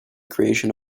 creation